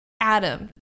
Adam